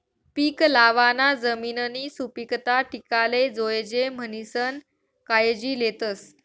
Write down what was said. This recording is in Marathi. पीक लावाना जमिननी सुपीकता टिकाले जोयजे म्हणीसन कायजी लेतस